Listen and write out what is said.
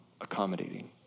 accommodating